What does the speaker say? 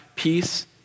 Peace